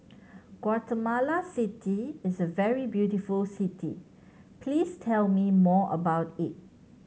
Guatemala City is a very beautiful city please tell me more about it